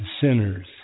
sinners